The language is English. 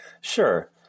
Sure